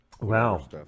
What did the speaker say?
Wow